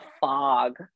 fog